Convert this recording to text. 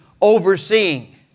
overseeing